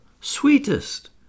sweetest